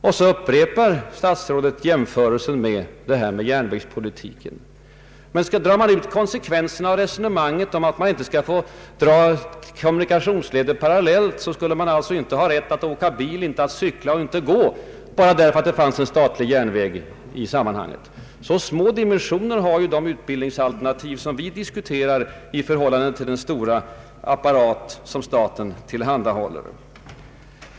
Och så upprepade statsrådet sin jämförelse med järnvägspolitiken. Men om man drar ut konsekvenserna av resonemanget att man inte skall ha olika parallella kommunikationsleder, skulle det leda till att man inte heller skulle ha rätt att åka bil, inte att cykla och inte att gå. Det borde ju räcka att utnyttja den järnväg staten ställt till förfogande.